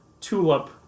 Tulip